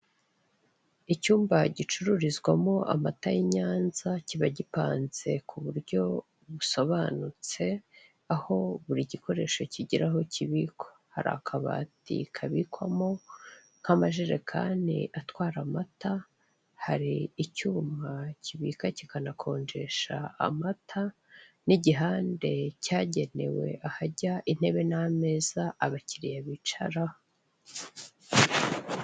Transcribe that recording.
Icyumba gicururizwa mo amata y'i Nyanza kiba gipanze ku buryo busobanutse, aho buri gikoresho kigira aho kibikwa, hari akabati kabikwamo nk'amajerekani atwara amata, hari icyuma kibika kikanakonjesha amata, n'igihande cyagenewe ahajya intebe n'ameza abakiriya bicara.